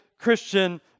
christian